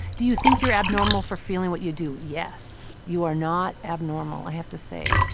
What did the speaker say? do you think you're abnormal for feeling what you do? yes. you are not abnormal, i have to say.